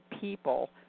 people